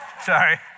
sorry